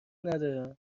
ندارم